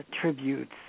tributes